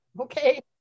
okay